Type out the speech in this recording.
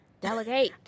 Delegate